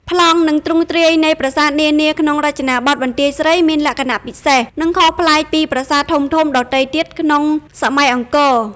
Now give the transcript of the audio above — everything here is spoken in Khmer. ប្លង់ និងទ្រង់ទ្រាយនៃប្រាសាទនានាក្នុងរចនាបថបន្ទាយស្រីមានលក្ខណៈពិសេស និងខុសប្លែកពីប្រាសាទធំៗដទៃទៀតក្នុងសម័យអង្គរ។